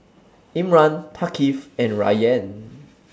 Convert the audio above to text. Imran Thaqif and Rayyan